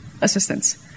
assistance